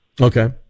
Okay